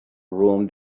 room